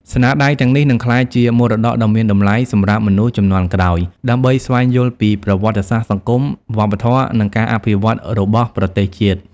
ស្នាដៃទាំងនេះនឹងក្លាយជា មរតកដ៏មានតម្លៃសម្រាប់មនុស្សជំនាន់ក្រោយ ដើម្បីស្វែងយល់ពីប្រវត្តិសាស្ត្រសង្គម វប្បធម៌ និងការអភិវឌ្ឍន៍របស់ប្រទេសជាតិ។